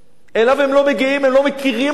אליו הם לא מגיעים, הם לא מכירים אותו בכלל.